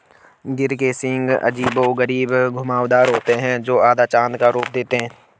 गिर के सींग अजीबोगरीब घुमावदार होते हैं, जो आधा चाँद का रूप देते हैं